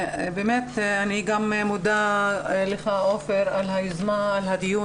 אני מודה לך, עופר, על היוזמה לדיון.